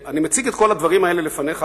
אני מציג את כל הדברים האלה לפניך,